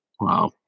wow